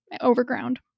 overground